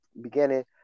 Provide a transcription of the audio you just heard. beginning